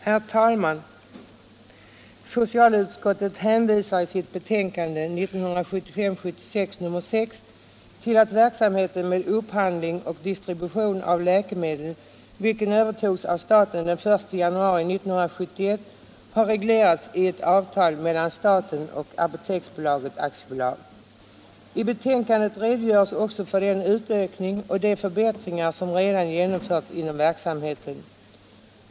Herr talman! Socialutskottet hänvisar i sitt betänkande 1975/76:6 till att verksamheten med upphandling och distribution av läkemedel, vilken övertogs av staten den 1 januari 1971, har reglerats i ett avtal mellan staten och Apoteksbolaget AB. I betänkandet redogöres också för den utökning och de förbättringar som redan genomförts inom verksamheten.